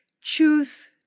Choose